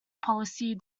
policy